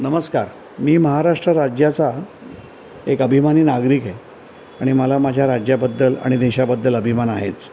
नमस्कार मी महाराष्ट्र राज्याचा एक अभिमानी नागरिक आहे आणि मला माझ्या राज्याबद्दल आणि देशाबद्दल अभिमान आहेच